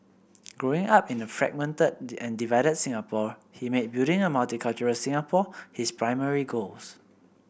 Growing Up in a fragmented and divided Singapore he made building a multicultural Singapore his primary goals